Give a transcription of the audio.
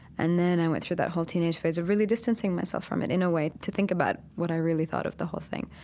and then i went through that whole teenage phase of really distancing myself from it, in a way, to think about what i really thought of the whole thing.